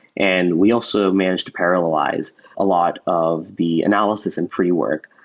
and we also managed to paralyze a lot of the analysis and pre-work,